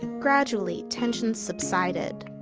gradually, tensions subsided.